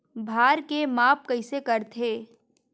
भार के माप कइसे करथे?